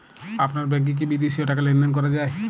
আপনার ব্যাংকে কী বিদেশিও টাকা লেনদেন করা যায়?